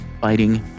fighting